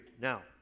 Now